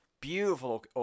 beautiful